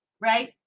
right